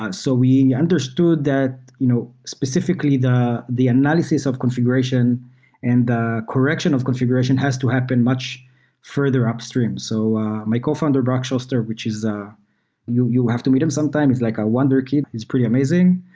ah so we understood that, you know specifically, the the analysis of configuration and the correction of configuration has to happen much further upstream. so my cofounder, barak schoster, which is ah you you have to meet him some time. he's like a wonder kid. he's pretty amazing.